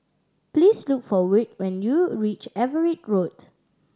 please look for Wirt when you reach Everitt Road